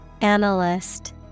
Analyst